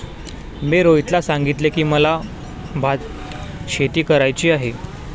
मी रोहितला सांगितले की, मला भातशेती करायची आहे